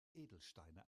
edelsteine